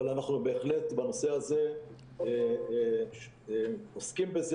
אבל בנושא הזה אנחנו בהחלט עוסקים בזה